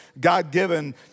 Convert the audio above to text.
God-given